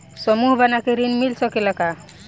समूह बना के ऋण मिल सकेला का?